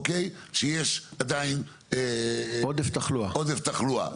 שיש עדיין עודף תחלואה.